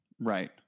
Right